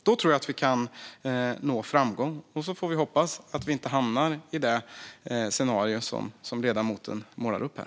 Då tror jag att vi kan nå framgång, och så får vi hoppas att vi inte hamnar i det scenario som ledamoten målar upp här.